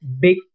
big